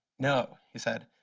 no, he said.